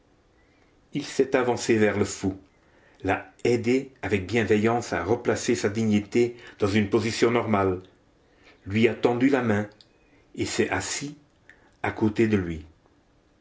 il s'est avancé vers le fou l'a aidé avec bienveillance à replacer sa dignité dans une position normale lui a tendu la main et s'est assis à côté de lui